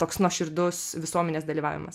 toks nuoširdus visuomenės dalyvavimas